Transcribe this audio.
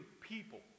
people